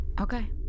Okay